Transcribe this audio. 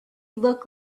look